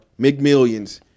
McMillions